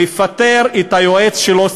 לפטר את היועץ שלו,